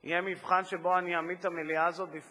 יהיה מבחן שבו אני אעמיד את המליאה הזאת בפני